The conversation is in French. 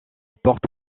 porte